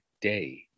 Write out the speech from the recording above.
day